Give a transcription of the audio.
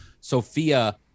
Sophia